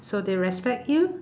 so they respect you